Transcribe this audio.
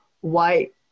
white